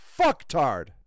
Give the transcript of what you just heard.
fucktard